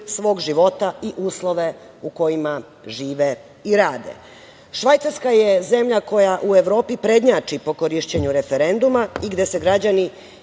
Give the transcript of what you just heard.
svog života i uslove u kojima žive i rade. Švajcarka je zemlja koja u Evropi prednjači po korišćenju referenduma i gde se građani